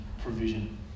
provision